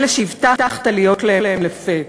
אלה שהבטחת להיות להם לפה.